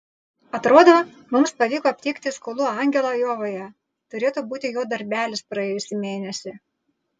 atrodo mums pavyko aptikti skolų angelą ajovoje turėtų būti jo darbelis praėjusį mėnesį